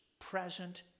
present